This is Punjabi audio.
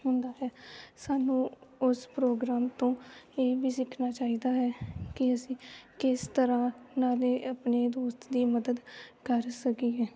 ਹੁੰਦਾ ਹੈ ਸਾਨੂੰ ਉਸ ਪ੍ਰੋਗਰਾਮ ਤੋਂ ਇਹ ਵੀ ਸਿੱਖਣਾ ਚਾਹੀਦਾ ਹੈ ਕਿ ਅਸੀਂ ਕਿਸ ਤਰ੍ਹਾਂ ਨਾਲੇ ਆਪਣੇ ਦੋਸਤ ਦੀ ਮਦਦ ਕਰ ਸਕੀਏ